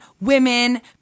women